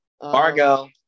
fargo